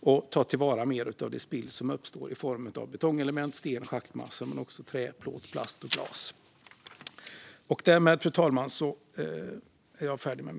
och ta till vara mer av det spill som uppstår i form av betongelement, sten, schaktmassor och även plåt, trä, plast och glas.